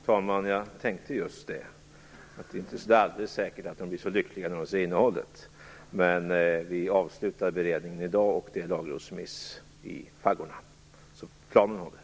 Fru talman! Jag tänkte just att det inte är alldeles säkert att de blir så lyckliga när de ser innehållet. Vi avslutar beredningen i dag, och det är lagrådsremiss i faggorna. Så planen håller.